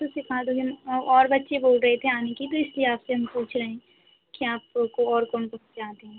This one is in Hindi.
तो सीखा दोगे ना और बच्चे बोल रहे थे आने के तो इसलिए आप से हम पूछ रहें कि आपको को और कौन कौन से आते हैं